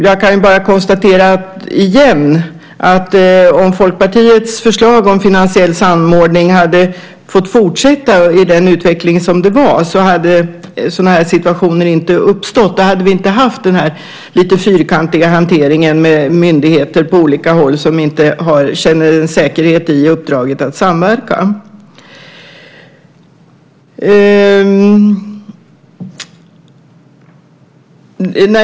Jag kan bara igen konstatera att om Folkpartiets förslag om att den finansiella samordningen skulle ha fått fortsätta utvecklas, hade sådana här situationer inte uppstått. Då hade vi inte haft den här lite fyrkantiga hanteringen med myndigheter på olika håll som inte känner en säkerhet i uppdraget att samverka.